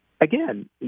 again